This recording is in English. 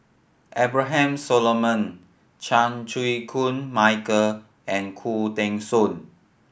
Abraham Solomon Chan Chew Koon Michael and Khoo Teng Soon